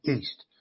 east